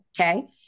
okay